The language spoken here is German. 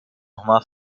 hummer